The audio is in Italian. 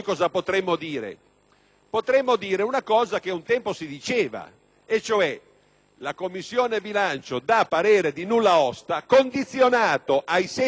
potremmo dire una cosa che un tempo si diceva, e cioè che la Commissione bilancio dà parere di nulla osta condizionato, ai sensi dell'articolo